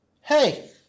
hey